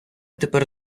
тепер